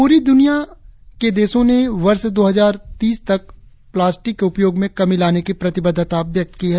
प्ररी द्रनिया के देशों ने वर्ष दो हजार तीस तक प्लास्टिक के उपयोग में कमी लाने की प्रतिबद्धता व्यक्त की है